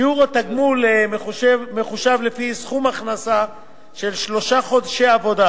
שיעור התגמול מחושב לפי סכום הכנסה של שלושה חודשי עבודה